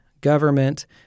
government